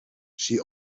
she